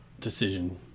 decision